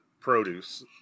produce